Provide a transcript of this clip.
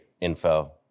info